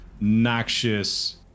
noxious